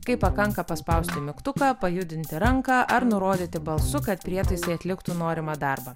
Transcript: kai pakanka paspausti mygtuką pajudinti ranką ar nurodyti balsu kad prietaisai atliktų norimą darbą